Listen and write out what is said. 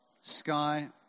Sky